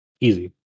easy